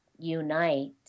Unite